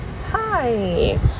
hi